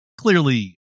Clearly